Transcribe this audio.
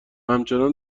همچنان